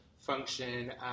function